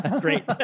Great